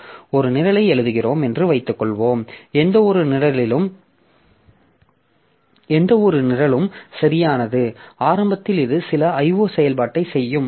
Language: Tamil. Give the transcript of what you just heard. ஒரு நிரலை எழுதுகிறோம் என்று வைத்துக்கொள்வோம் எந்தவொரு நிரலும் சரியானது ஆரம்பத்தில் இது சில IO செயல்பாட்டைச் செய்யும்